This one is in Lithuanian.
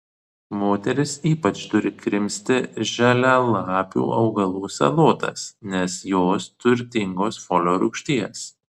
moterys ypač turi krimsti žalialapių augalų salotas nes jos turtingos folio rūgšties